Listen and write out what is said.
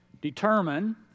determine